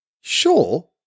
Sure